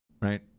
right